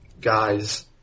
guys